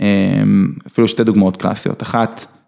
אמ... אפילו שתי דוגמאות קלאסיות. אחת,